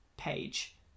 page